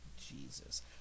Jesus